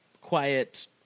quiet